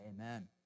amen